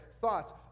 thoughts